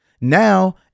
Now